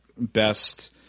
best